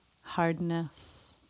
hardness